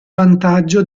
vantaggio